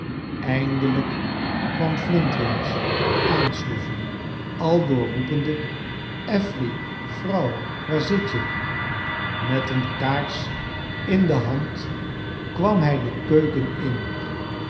eindelijk kwam flintwinch aansloffen al door roepende affery vrouw waar zit je met een kaars in de hand kwam hij de keuken in